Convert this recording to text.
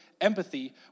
empathy